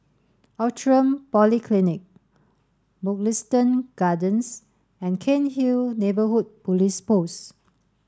Outram Polyclinic Mugliston Gardens and Cairnhill Neighbourhood Police Post